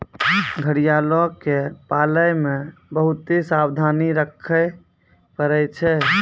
घड़ियालो के पालै मे बहुते सावधानी रक्खे पड़ै छै